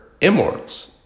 immortals